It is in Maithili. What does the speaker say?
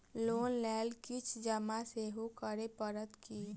लोन लेल किछ जमा सेहो करै पड़त की?